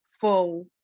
full